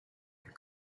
and